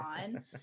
on